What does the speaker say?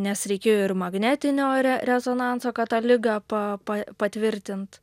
nes reikėjo ir magnetinio re rezonanso kad tą ligą pa pa patvirtint